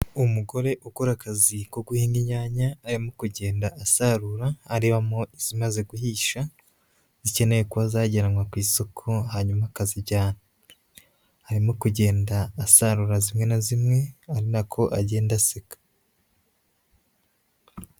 Umugore ukora akazi ko guhinga inyanya, arimo kugenda asarura arebamo izimaze guhisha, zikeneye kuba zajyanwa ku isoko hanyuma akazijyana. Arimo kugenda asarura zimwe na zimwe ari nako agenda aseka.